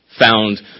found